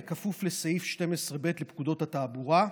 בכפוף לסעיף 12ב לפקודת התעבורה.